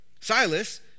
Silas